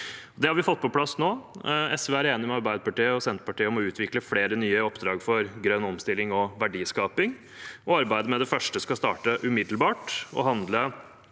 Det har vi fått på plass nå. SV er enig med Arbeiderpartiet og Senterpartiet om å utvikle flere nye oppdrag for grønn omstilling og verdiskaping, og arbeidet med det første skal starte umiddelbart og handle